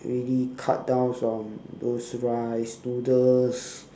really cut downs on those rice noodles